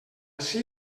ací